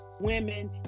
women